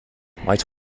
might